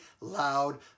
loud